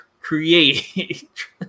create